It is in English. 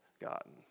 gotten